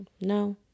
No